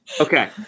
Okay